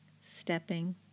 stepping